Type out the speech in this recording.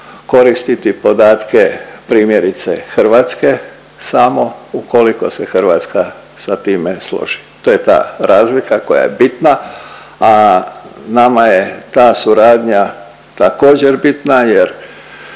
koristiti podatke primjerice Hrvatske samo ukoliko se Hrvatska sa time složi. To je ta razlika koja je bitna, a nama je ta suradnja također bitna jer